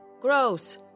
Gross